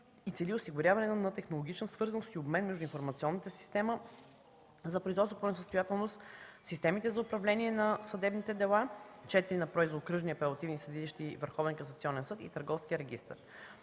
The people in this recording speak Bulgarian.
и цели осигуряване на технологична свързаност и обмен между информационната система за производството по несъстоятелност, системите за управление на съдебните дела – четири на брой за окръжни апелативни съдилища и